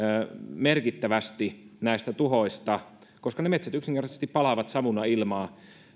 merkittävästi näistä tuhoista koska ne metsät yksinkertaisesti palavat savuna ilmaan